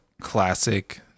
classic